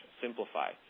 simplify